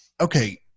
okay